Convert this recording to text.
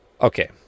Okay